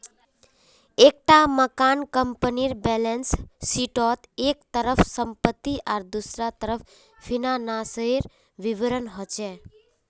एक टा मानक कम्पनीर बैलेंस शीटोत एक तरफ सम्पति आर दुसरा तरफ फिनानासेर विवरण होचे